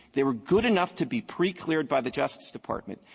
they were good enough to be pre-cleared by the justice department.